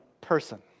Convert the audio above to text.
person